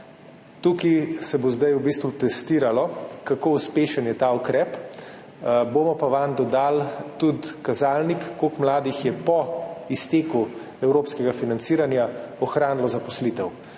tukaj se bo zdaj v bistvu testiralo, kako uspešen je ta ukrep, bomo pa vanj dodali tudi kazalnik, koliko mladih je po izteku evropskega financiranja ohranilo zaposlitev,